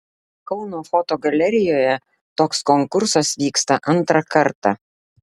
kauno fotogalerijoje toks konkursas vyksta antrą kartą